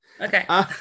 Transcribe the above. okay